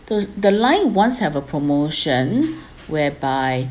the the line once have a promotion whereby